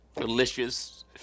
Delicious